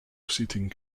seating